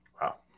Wow